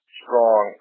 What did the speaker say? strong